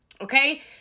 Okay